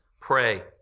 Pray